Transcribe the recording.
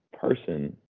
person